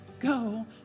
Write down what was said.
Go